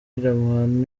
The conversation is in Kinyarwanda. riderman